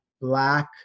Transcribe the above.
Black